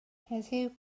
heddiw